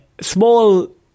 Small